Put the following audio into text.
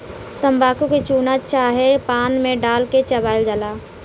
तम्बाकू के चूना चाहे पान मे डाल के चबायल जाला